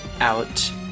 out